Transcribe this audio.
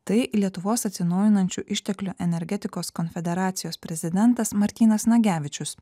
tai lietuvos atsinaujinančių išteklių energetikos konfederacijos prezidentas martynas nagevičius